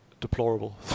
deplorable